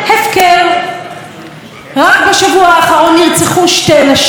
עד היום נרצחו 20 נשים, רק בגלל שהן נשים.